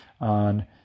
on